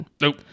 Nope